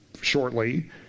shortly